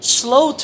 slow